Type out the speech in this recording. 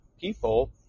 people